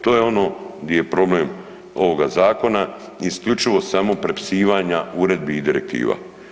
To je ono gdje je problem ovoga zakona, isključivo samo prepisivanja uredbi i direktiva.